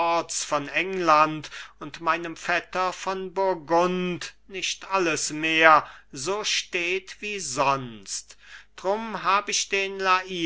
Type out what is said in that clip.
von england und meinem vetter von burgund nicht alles mehr so steht wie sonst drum hab ich den